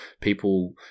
people